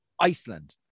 Iceland